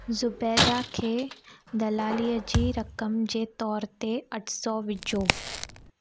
ज़ुबैदा खे दलालीअ जी रक़़म जे तोरु ते आठ सौ विझो